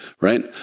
right